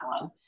one